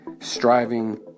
Striving